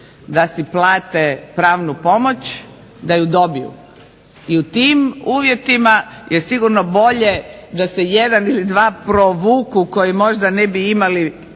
da si plate pravnu pomoć, da ju dobiju. I u tim uvjetima je sigurno bolje da se jedan ili dva provuku koji ne bi imali